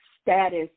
status